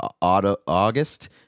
august